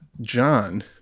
john